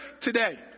today